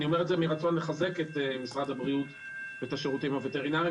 אני אומר את זה מרצון לחזק את משרד הבריאות ואת השירותים הווטרינריים,